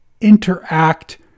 interact